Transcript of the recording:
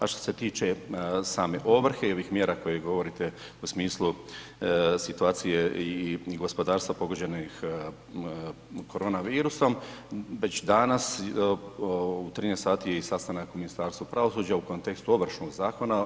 A što se tiče same ovrhe i ovih mjera koje govorite u smislu situacije i gospodarstva pogođenih korona virusom, već danas u 13,00 je i sastanak u Ministarstvu pravosuđa u kontekstu Ovršnog zakona.